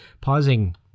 pausing